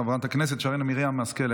חברת הכנסת שרן מרים השכל,